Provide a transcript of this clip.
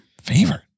favorite